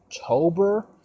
October